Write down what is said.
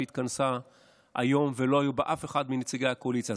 שהתכנסה היום ולא היה בה אף אחד מנציגי הקואליציה.